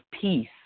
peace